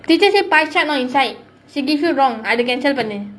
teacher say pie chart not inside she give you wrong